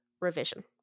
revision